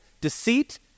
deceit